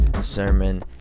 sermon